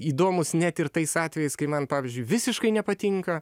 įdomūs net ir tais atvejais kai man pavyzdžiui visiškai nepatinka